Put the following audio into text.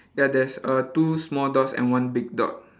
ya there's err two small dots and one big dot